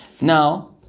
Now